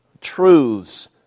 truths